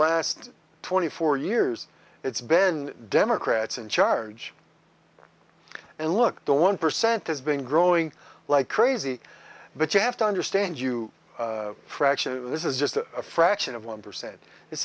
last twenty four years it's been democrats in charge and look the one percent has been growing like crazy but you have to understand you fraction this is just a fraction of one percent this